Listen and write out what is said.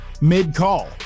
Mid-call